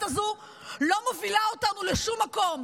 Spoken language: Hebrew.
הזו לא מובילה אותנו לשום מקום,